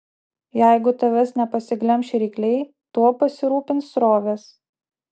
jeigu tavęs nepasiglemš rykliai tuo pasirūpins srovės